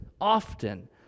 often